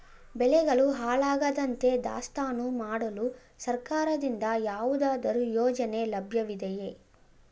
ಬೆಳೆಗಳು ಹಾಳಾಗದಂತೆ ದಾಸ್ತಾನು ಮಾಡಲು ಸರ್ಕಾರದಿಂದ ಯಾವುದಾದರು ಯೋಜನೆ ಲಭ್ಯವಿದೆಯೇ?